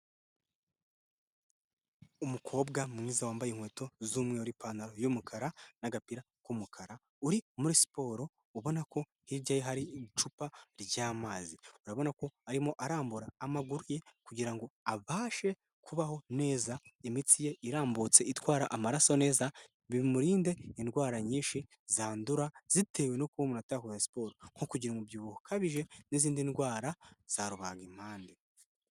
Umukobwa mwiza wambaye inkweto z'umweru' ipantaro y'umukara n'agapira k'umukara uri muri siporo ubona ko hirya ye hari icupa ry'amazi urabona ko arimo arambura amagufi kugirango abashe kubaho neza imitsi ye irambutse itwara amaraso neza bimurinde indwara nyinshi zandura zitewe no kubona umuntu adakora siporo nko kugira umubyibuho ukabije n'izindi ndwara za ruhangimpande.